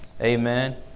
Amen